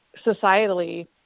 societally